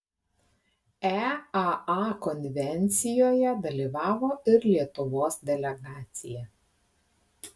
eaa konvencijoje dalyvavo ir lietuvos delegacija